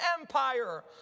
empire